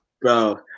Bro